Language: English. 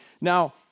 Now